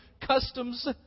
customs